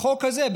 בחוק הזה,